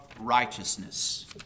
righteousness